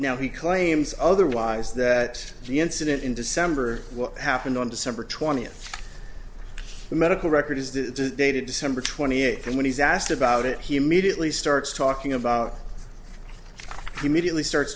now he claims otherwise that the incident in december what happened on december twentieth the medical record is the dated december twenty eighth and when he's asked about it he immediately starts talking about immediately starts